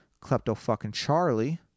Klepto-fucking-Charlie